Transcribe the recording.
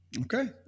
Okay